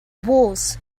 wars